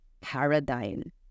paradigm